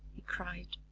he cried.